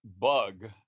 bug